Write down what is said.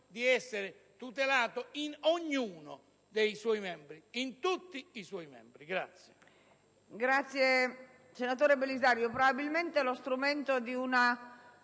di essere tutelato in ognuno dei suoi membri, in tutti i suoi membri.